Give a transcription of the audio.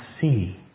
see